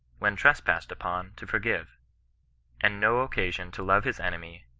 when trespassed upon, to forgive and no occasion to love his enemy,